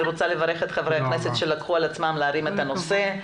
אני רוצה לברך את חברי הכנסת שלקחו על עצמם להרים את הנושא.